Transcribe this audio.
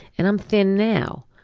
and i'm thin now,